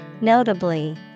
Notably